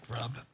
rub